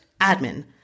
admin